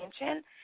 attention